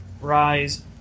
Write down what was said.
rise